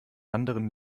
anderen